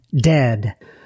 DEAD